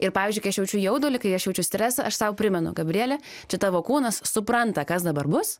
ir pavyzdžiui kai aš jaučiu jaudulį kai aš jaučiu stresą aš sau primenu gabriele čia tavo kūnas supranta kas dabar bus